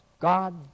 God